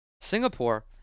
Singapore